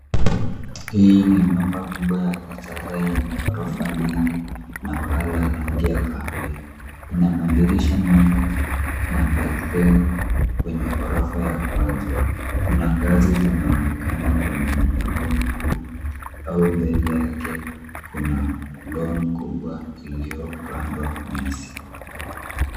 Hii ni nyumba kubwa ya kisasa yenye orofa nyingi na paa la rangi ya kahawia. Ina madirisha mengi na balkoni kwenye ororfa ya kwanza. Kuna ngazi zinaonekana kwenye milango mikuu au mbele yake kuna lawn kubwa iliyopandwa nyasi.